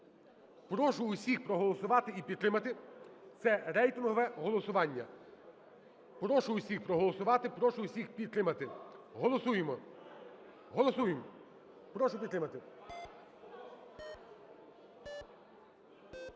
Прошу усіх проголосувати і підтримати. Це рейтингове голосування. Прошу усіх проголосувати, прошу усіх підтримати. Голосуємо, голосуємо. Прошу підтримати.